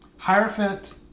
Hierophant